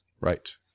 right